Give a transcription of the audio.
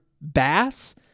bass